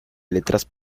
letras